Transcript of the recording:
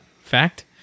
fact